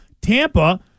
Tampa